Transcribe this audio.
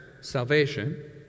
salvation